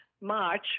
March